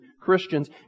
Christians